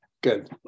good